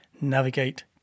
navigate